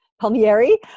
palmieri